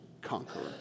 conqueror